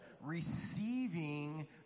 receiving